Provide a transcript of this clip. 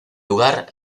lugar